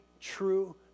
true